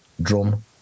drum